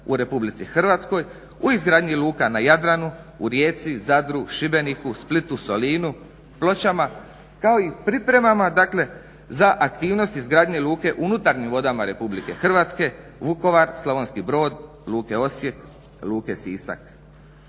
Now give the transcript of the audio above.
u sektor prometa u RH, u izgradnji luka na Jadranu, u Rijeci, Zadru, Šibeniku, Splitu, Solinu, Pločama, kao i pripremama dakle za aktivnosti izgradnje luke u unutarnjim vodama RH Vukovar, Slavonski Brod, Luke Osijek, Luke Sisak.